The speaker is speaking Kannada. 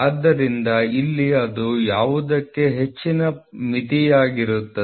ಆದ್ದರಿಂದ ಇಲ್ಲಿ ಅದು ಯಾವುದಕ್ಕೆ ಹೆಚ್ಚಿನ ಮಿತಿಯಾಗಿರುತ್ತದೆ